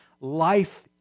life